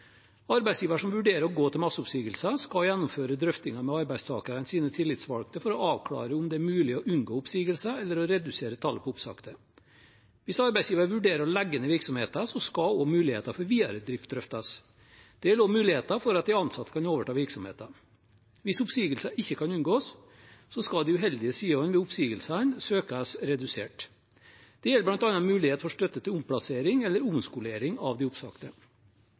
Arbeidsgiver som vurderer å gå til masseoppsigelser, skal gjennomføre drøftinger med arbeidstakernes tillitsvalgte for å avklare om det er mulig å unngå oppsigelser eller redusere tallet på oppsagte. Hvis arbeidsgiver vurderer å legge ned virksomheten, skal også muligheten for videre drift drøftes. Det gjelder også muligheten for at de ansatte kan overta virksomheten. Hvis oppsigelser ikke kan unngås, skal de uheldige sidene ved oppsigelsene søkes redusert. Det gjelder bl.a. mulighet for støtte til omplassering eller omskolering av de